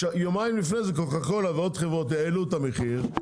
יומיים לפני זה קוקה קולה ועוד חברות העלו את המחיר,